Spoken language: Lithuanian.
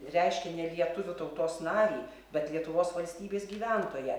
reiškia ne lietuvių tautos narį bet lietuvos valstybės gyventoją